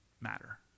matter